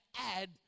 add